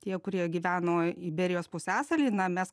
tie kurie gyveno iberijos pusiasaly na mes